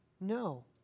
No